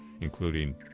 including